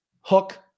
hook